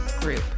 group